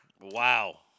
Wow